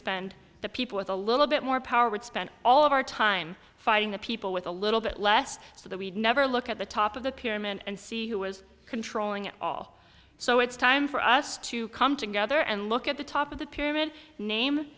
spend the people with a little bit more power would spend all of our time fighting the people with a little bit less so that we'd never look at the top of the pyramid and see who was controlling it all so it's time for us to come together and look at the top of the pyramid name